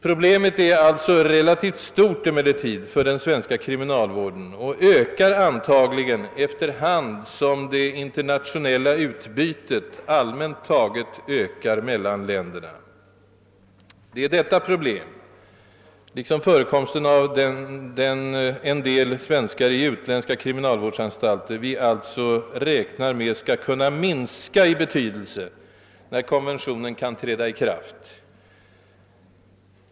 Problemet är alltså relativt stort för den svenska kriminalvården och ökar antagligen efter hand som det internationella utbytet allmänt taget ökar mellan länderna. Det är detta problem liksom förekomsten av en del svenskar i utländska kriminalvårdsanstalter som vi hoppas skall minska i betydelse när konventionen träder i kraft.